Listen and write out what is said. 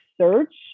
search